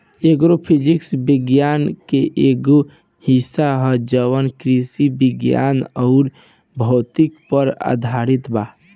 agro physics विज्ञान के एगो हिस्सा ह जवन कृषि विज्ञान अउर भौतिकी पर आधारित बा